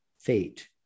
fate